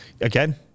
again